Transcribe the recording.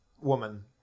woman